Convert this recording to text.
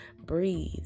breathe